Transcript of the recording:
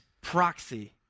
proxy